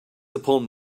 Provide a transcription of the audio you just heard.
upon